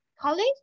college